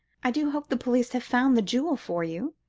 i do hope the police have found the jewel for you.